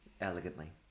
Elegantly